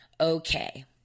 okay